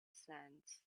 sands